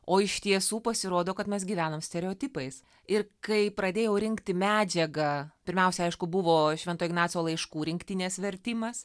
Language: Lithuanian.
o iš tiesų pasirodo kad mes gyvenam stereotipais ir kai pradėjau rinkti medžiagą pirmiausia aišku buvo švento ignaco laiškų rinktinės vertimas